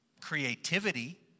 creativity